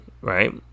right